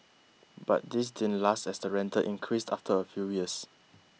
but this didn't last as the rental increased after a few years